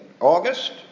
August